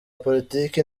politiki